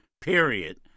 period